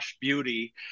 Beauty